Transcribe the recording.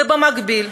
ובמקביל,